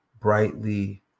brightly